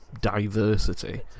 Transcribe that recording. diversity